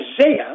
Isaiah